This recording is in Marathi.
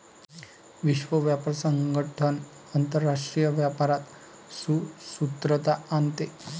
विश्व व्यापार संगठन आंतरराष्ट्रीय व्यापारात सुसूत्रता आणते